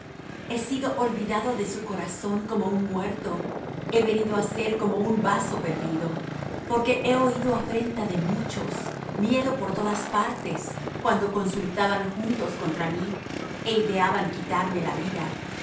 he sido olvidado de su corazón como un muerto he venido á ser como un vaso perdido porque he oído afrenta de muchos miedo por todas partes cuando consultaban juntos contra mí e ideaban quitarme la vida